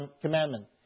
commandment